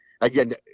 again